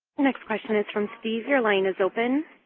next question is from steve. your line is open.